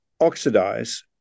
oxidize